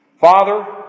Father